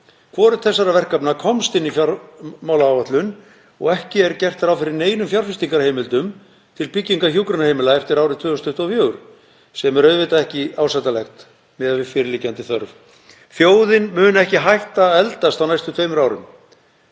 Hvorugt þessara verkefna komst inn í fjármálaáætlun og ekki er gert ráð fyrir neinum fjárfestingarheimildum til byggingar hjúkrunarheimila eftir árið 2024, sem er auðvitað ekki ásættanlegt miðað við fyrirliggjandi þörf. Þjóðin mun ekki hætta að eldast á næstu tveimur árum.